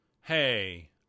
hey